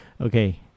okay